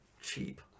cheap